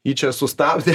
jį čia sustabdė